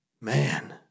man